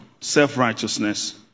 self-righteousness